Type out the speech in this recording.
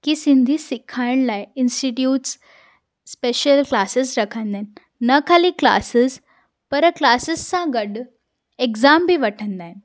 की सिंधी सेखारण लाइ इंस्टिट्यूट्स स्पेशल क्लासिस रखंदा आहिनि न ख़ाली क्लासिस पर क्लासिस सां गॾु एक्ज़ाम बि वठंदा आहिनि